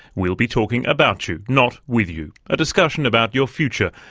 we'll be talking about you, not with you, a discussion about your future,